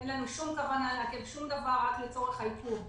אין לנו שום כוונה לעכב שום דבר רק לצורך העיכוב.